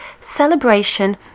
celebration